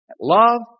love